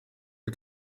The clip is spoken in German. die